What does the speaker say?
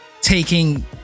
taking